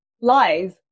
Lies